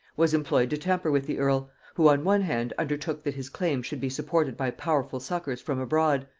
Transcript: was employed to tamper with the earl, who on one hand undertook that his claim should be supported by powerful succours from abroad,